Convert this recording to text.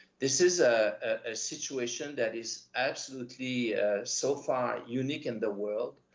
this is ah ah situation that is absolutely so far unique in the world.